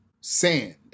sand